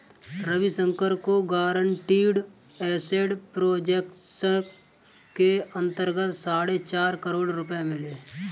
रविशंकर को guaranteed asset protection के अंतर्गत साढ़े चार करोड़ रुपये मिले